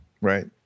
Right